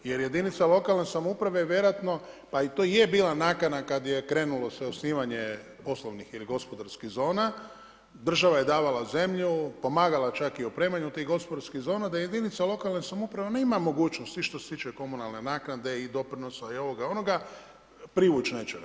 Jer jedinica lokalne samouprave je vjerojatno, pa i to i je bila nakana kada je krenulo se u osnivanje osnovnih ili gospodarskih zona, država je davala zemlju, pomagala čak i u opremanju tih gospodarskih zona da jedinica lokalne samouprave nema mogućnost što se tiče komunalne naknade i doprinosa, i ovoga, onoga privući nečega.